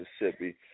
Mississippi